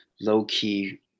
low-key